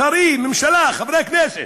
שרים, ממשלה, חברי כנסת,